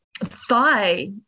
thigh